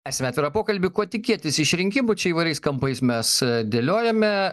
esame eterio pokalby ko tikėtis iš rinkimų čia įvairiais kampais mes dėliojame